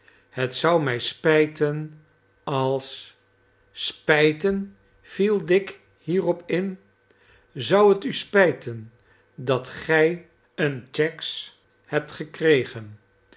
het zou mij spijten als spijten viel dick hierop in zou het u spijten dat gij een cheggs hebt gekregen